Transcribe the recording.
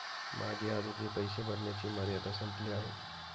माझी आजची पैसे भरण्याची मर्यादा संपली आहे